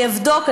אני אבדוק,